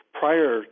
prior